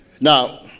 Now